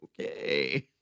okay